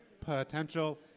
potential